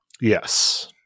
Yes